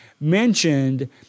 mentioned